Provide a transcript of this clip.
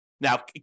Now